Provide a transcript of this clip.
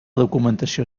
documentació